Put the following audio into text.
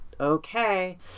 okay